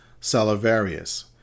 salivarius